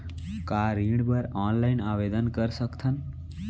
का ऋण बर ऑनलाइन आवेदन कर सकथन?